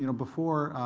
you know before